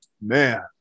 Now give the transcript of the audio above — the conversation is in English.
Man